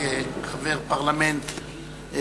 התש”ע